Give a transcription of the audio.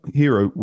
hero